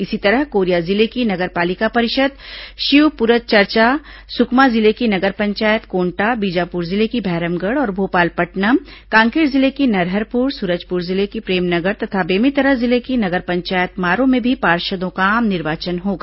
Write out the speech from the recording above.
इसी तरह कोरिया जिले की नगर पालिका परिषद शिवपुरचरचा सुकमा जिले की नगर पंचायत कोंटा बीजापुर जिले की भैरमगढ़ और भोपालपटनम कांकेर जिले की नरहरपुर सूरजपुर जिले की प्रेमनगर तथा बेमेतरा जिले की नगर पंचायत मारो में भी पार्षदों का आम निर्वाचन होगा